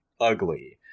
ugly